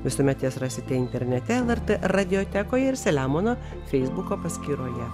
visuomet jas rasite internete lrt radiotekoje ir selemono feisbuko paskyroje